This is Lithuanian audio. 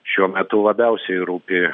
šiuo metu labiausiai rūpi